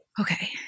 Okay